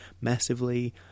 massively